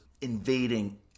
invading